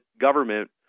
government